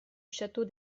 château